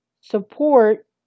support